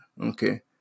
Okay